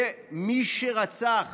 מי שרצח